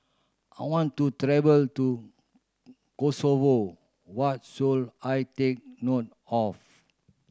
I want to travel to Kosovo what should I take note of